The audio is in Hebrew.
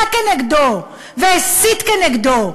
יצא כנגדו והסית כנגדו,